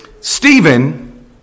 Stephen